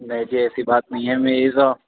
نہیں جی ایسی بات نہیں ہے میری تو